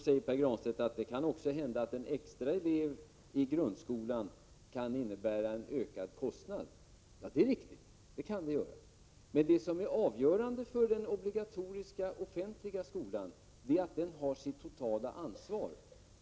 Pär Granstedt säger också att en extra elev i grundskolan kan innebära en ökad kostnad. Det är riktigt. Men det som är avgörande för den obligatoriska, offentliga skolan är att den har sitt totala ansvar.